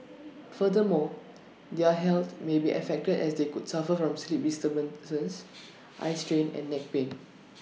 furthermore their health may be affected as they could suffer from sleep disturbances eye strain and neck pain